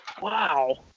wow